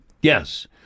Yes